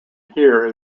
here